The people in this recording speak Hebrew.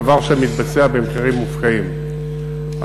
דבר שמתבצע במחירים מופקעים.